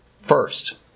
First